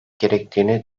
gerektiğini